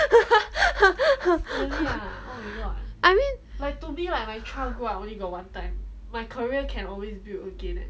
I mean